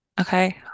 okay